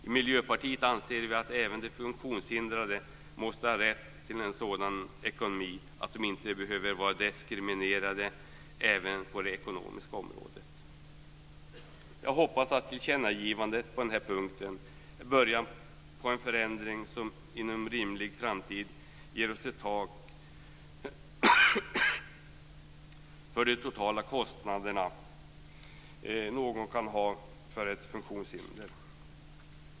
I Miljöpartiet anser vi att även de funktionshindrade måste ha rätt till en sådan ekonomi att de inte behöver vara diskriminerade även på det ekonomiska området. Jag hoppas att tillkännagivandet på den här punkten är början på en förändring som inom en rimlig framtid ger oss ett tak för de totala kostnader som någon kan ha för ett funktionshinder.